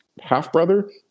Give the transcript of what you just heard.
half-brother